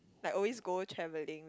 like always go travelling